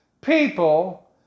people